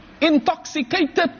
intoxicated